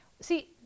see